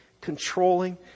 controlling